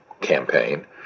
campaign